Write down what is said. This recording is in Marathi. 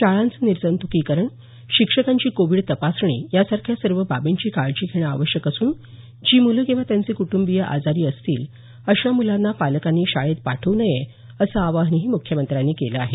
शाळांचं निर्जंतुकीकरण शिक्षकांची कोविड तपासणी या सारख्या सर्व बाबींची काळजी घेणं आवश्यक असून जी मुलं किंवा त्यांचे कुटुंबीय आजारी असतील अशा मुलांना पालकांनी शाळेत पाठवू नये असं आवाहनही मुख्यमंत्र्यांनी केलं आहे